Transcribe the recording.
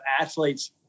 athletes